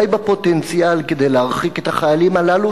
די בפוטנציאל כדי להרחיק את החיילים הללו,